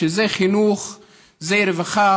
(אומר בערבית: